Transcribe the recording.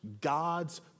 God's